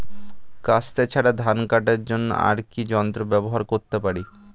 কাস্তে ছাড়া ধান কাটার জন্য আর কি যন্ত্র ব্যবহার করতে পারি?